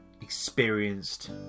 experienced